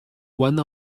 one